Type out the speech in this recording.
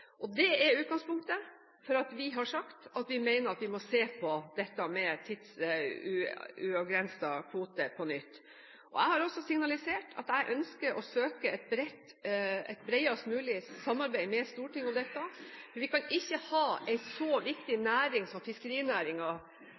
Det er utgangspunktet for at vi har sagt at vi må se på dette med tidsuavgrensede kvoter på nytt. Jeg har også signalisert at jeg ønsker å søke et bredest mulig samarbeid med Stortinget om dette. Vi kan ikke ha en så viktig næring som